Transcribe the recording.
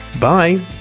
Bye